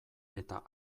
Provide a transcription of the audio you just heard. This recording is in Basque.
eta